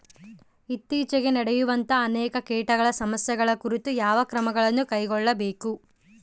ಇತ್ತೇಚಿಗೆ ನಡೆಯುವಂತಹ ಅನೇಕ ಕೇಟಗಳ ಸಮಸ್ಯೆಗಳ ಕುರಿತು ಯಾವ ಕ್ರಮಗಳನ್ನು ಕೈಗೊಳ್ಳಬೇಕು?